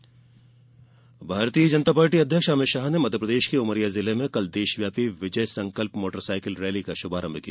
Amit Shah rally Bharatiya Janata Party अध्यक्ष अमित शाह ने मध्यप्रदेश के उमरिया जिले में कल देशव्याछपी विजय संकल्प मोटरसाईकिल रैली का शुभारंभ किया